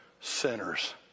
sinners